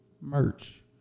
merch